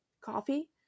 coffee